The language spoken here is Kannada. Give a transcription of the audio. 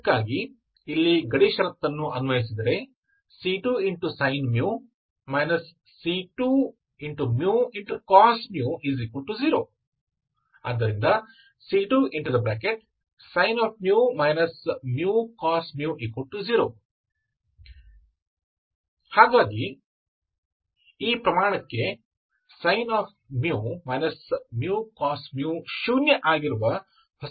ಇದಕ್ಕಾಗಿ ಇಲ್ಲಿ ಗಡಿ ಷರತ್ತನ್ನು ಅನ್ವಯಿಸಿದರೆ c2sin μ c2cos 0 ⇒ c2sin μ cos 0 ಹಾಗಾಗಿ ಈ ಪ್ರಮಾಣಕ್ಕೆ sin μ cos ಶೂನ್ಯ ಆಗಿರುವ ಹೊಸ ಧನಾತ್ಮಕ ಮೌಲ್ಯಗಳನ್ನು ನಾನು ನೋಡಬೇಕು